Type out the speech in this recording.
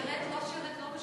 כן שירת, לא שירת, לא משנה?